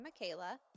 Michaela